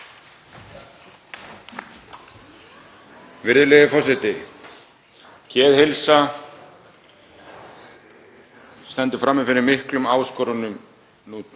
Virðulegi forseti. Geðheilsa stendur frammi fyrir miklum áskorunum nú